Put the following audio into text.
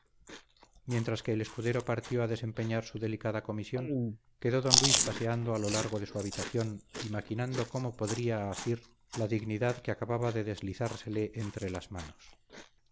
mientras que el escudero partió a desempeñar su delicada comisión quedó don luis paseando a lo largo de su habitación y maquinando cómo podría asir la dignidad que acababa de deslizársele entre las manos